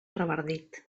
revardit